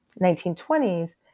1920s